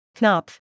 Knopf